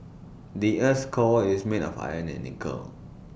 the Earth's core is made of iron and nickel